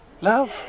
Love